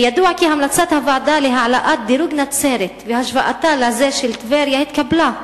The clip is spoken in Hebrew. ידוע כי המלצת הוועדה להעלאת דירוג נצרת והשוואתו לזה של טבריה התקבלה,